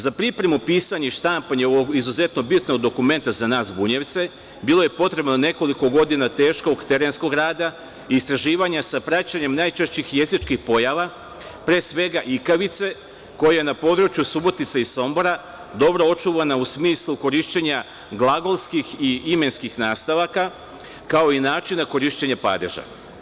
Za pripremu, pisanje i štampanje ovog izuzetno bitnog dokumenta za nas bunjevce, bilo je potrebno nekoliko godina teško terenskog rada i istraživanja sa najčešće jezičkih pojava, pre svega ikavice, koja je na području Subotice i Sombora, dobro očuvana u smislu korišćenja glagolskih i imenskih nastavaka, kao i načina korišćenja padeža.